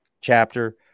chapter